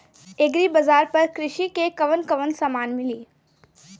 Agri बाजार पर कृषि के कवन कवन समान मिली?